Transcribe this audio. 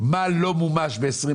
מה לא מומש ב-2020.